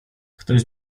ktoś